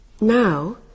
Now